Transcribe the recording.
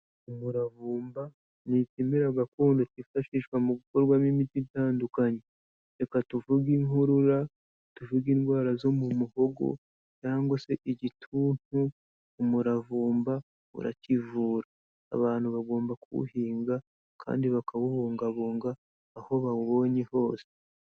Umuravumba ni ikimera gakondo kifashishwa mu gukorwamo imiti itandukanye, reka tuvuge impurura, tuvuge indwara zo mu muhogo, cyangwa se igituntu, umuravumba urakivura, abantu bagomba kuwuhinga kandi bakawubungabunga, aho bawubonye hose.